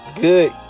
good